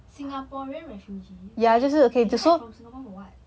singaporean refugee they hide from singapore for what